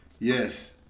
Yes